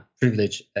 privilege